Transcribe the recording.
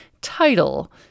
title